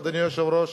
אדוני היושב-ראש,